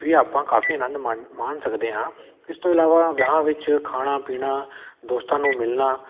ਵੀ ਆਪਾਂ ਕਾਫ਼ੀ ਆਨੰਦ ਮਣ ਮਾਣ ਸਕਦੇ ਹਾਂ ਇਸ ਤੋਂ ਇਲਾਵਾ ਵਿਆਹਾਂ ਵਿੱਚ ਖਾਣਾ ਪੀਣਾ ਦੋਸਤਾਂ ਨੂੰ ਮਿਲਣਾ